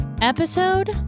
Episode